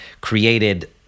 created